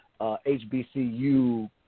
HBCU